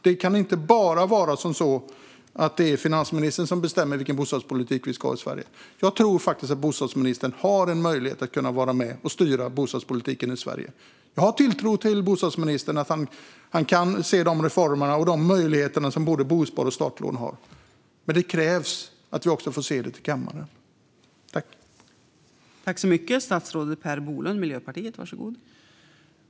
Det kan inte bara vara finansministern som bestämmer vilken bostadspolitik som vi ska ha i Sverige. Jag tror faktiskt att bostadsministern har en möjlighet att vara med och styra bostadspolitiken i Sverige. Jag har tilltro till att bostadsministern kan se de reformer och de möjligheter som både bosparande och startlån har. Men det krävs att vi också får ta ställning till sådana förslag i kammaren.